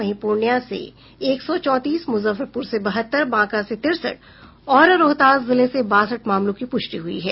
वहीं पूर्णिया से एक सौ चौतीस मुजफ्फरपुर से बहत्तर बांका से तिरसठ और रोहतास जिले से बासठ मामलों की पुष्टि हुई है